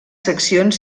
seccions